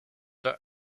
the